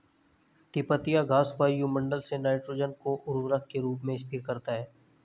तिपतिया घास वायुमंडल से नाइट्रोजन को उर्वरक के रूप में स्थिर करता है